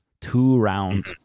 Two-round